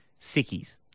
sickies